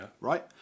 right